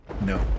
No